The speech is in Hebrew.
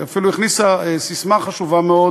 היא אפילו הכניסה ססמה חשובה מאוד